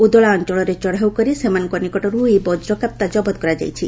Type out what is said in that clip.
ଉଦଳା ଅଅଳରେ ଚଢ଼ଉ କରି ସେମାନଙ୍କ ନିକଟରୁ ଏହି ବଜ୍ରକାପ୍ତା ଜବତ କରାଯାଇଛି